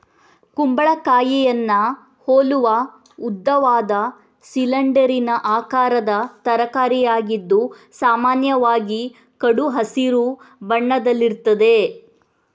ಕುಂಬಳಕಾಯಿಯನ್ನ ಹೋಲುವ ಉದ್ದವಾದ, ಸಿಲಿಂಡರಿನ ಆಕಾರದ ತರಕಾರಿಯಾಗಿದ್ದು ಸಾಮಾನ್ಯವಾಗಿ ಕಡು ಹಸಿರು ಬಣ್ಣದಲ್ಲಿರ್ತದೆ